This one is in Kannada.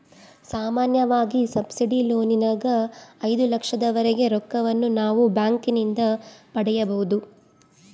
ಸಾಮಾನ್ಯವಾಗಿ ಸಬ್ಸಿಡಿ ಲೋನಿನಗ ಐದು ಲಕ್ಷದವರೆಗೆ ರೊಕ್ಕವನ್ನು ನಾವು ಬ್ಯಾಂಕಿನಿಂದ ಪಡೆಯಬೊದು